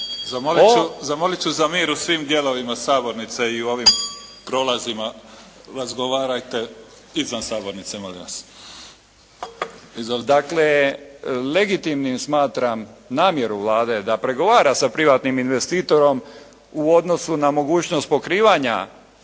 Zamolit ću za mir u svim dijelovima sabornice i u ovim prolazima razgovarajte izvan sabornice, molim vas. Izvolite. **Grčić, Branko (SDP)** Dakle, legitimnim smatram namjeru Vlade da pregovara sa privatnim investitorom u odnosu na mogućnost pokrivanja